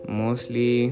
mostly